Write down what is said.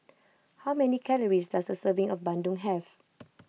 how many calories does a serving of Bandung have